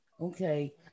Okay